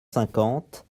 cinquante